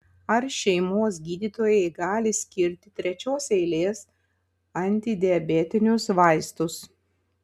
ar šeimos gydytojai gali skirti trečios eilės antidiabetinius vaistus